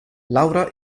laura